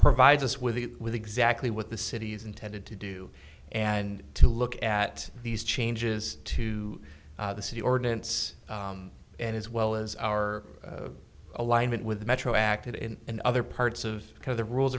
provides us with the with exactly what the city is intended to do and to look at these changes to the city ordinance and as well as our alignment with the metro acted in and other parts of the rules